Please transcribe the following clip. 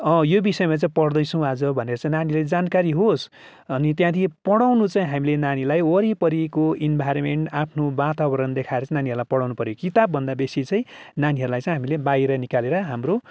यो विषयमा चाहिँ पढ्दैछौँ आज भनेर चाहिँ नानीले जानकारी होस् अनि त्यहाँदेखि पढाउनु चाहिँ हामीले नानीलाई वरिपरिको इन्भाइरोमेन्ट आफ्नो वातावरण देखाएर चाहिँ नानीहरूलाई पढाउनु पऱ्यो कि किताबभन्दा बेसी नानीहरूलाई चाहिँ हामीले बाहिर निकालेर हाम्रो